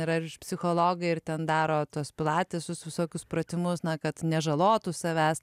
yra ir psichologai ir ten daro tuos pilatesus visokius pratimus na kad nežalotų savęs